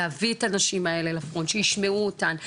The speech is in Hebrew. להביא את הנשים האלה לפרונט שישמעו אותן,